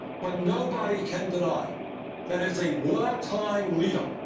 but nobody can deny that as a wartime leader,